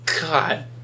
God